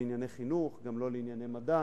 לענייני חינוך, גם לא לענייני מדע,